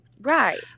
Right